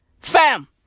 Fam